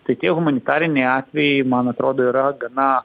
tai tie humanitariniai atvejai man atrodo yra gana